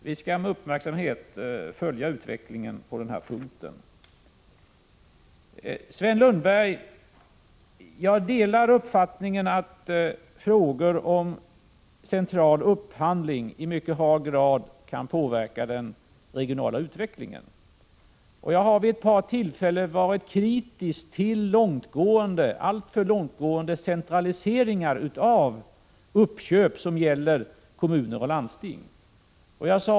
Vi skall med uppmärksamhet följa utvecklingen på den här punkten. Till Sven Lundberg vill jag säga följande. Jag delar uppfattningen att frågor om central upphandling i mycket hög grad kan påverka den regionala utvecklingen. Jag har vid ett par tillfällen varit kritisk till en alltför långtgående centralisering av uppköp som gäller kommuner och landsting.